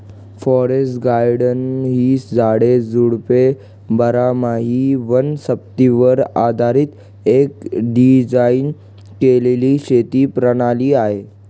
forest garden ही झाडे, झुडपे बारामाही वनस्पतीवर आधारीत एक डिझाइन केलेली शेती प्रणाली आहे